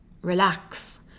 relax